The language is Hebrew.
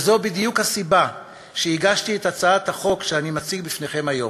וזו בדיוק הסיבה לכך שהגשתי את הצעת החוק שאני מציג בפניכם היום.